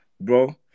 bro